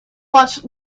watch